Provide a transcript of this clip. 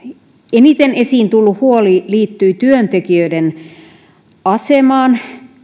eniten esiin tullut huoli liittyi työntekijöiden asemaan